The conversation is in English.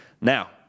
Now